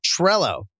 Trello